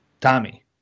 Tommy